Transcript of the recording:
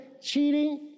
cheating